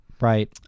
right